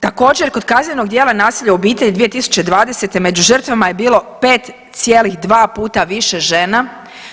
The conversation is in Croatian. Također, kod kaznenog djela nasilja u obitelji 2020. među žrtvama je bilo 5,2 puta više žena,